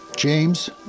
James